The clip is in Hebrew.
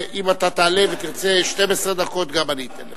אם אתה תעלה ותרצה 12 דקות, אני אתן לך.